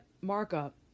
markup